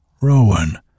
Rowan